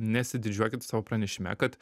nesididžiuokit savo pranešime kad